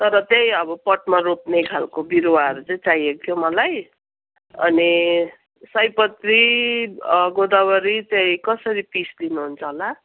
तर त्यही अब पटमा रोप्ने खालको बिरुवाहरू चाहिँ चाहिएको थियो मलाई अनि सयपत्री गोदावरी चाहिँ कसरी पिस दिनुहुन्छ होला